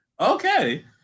okay